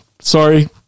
Sorry